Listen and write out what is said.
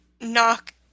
knock